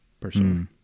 personally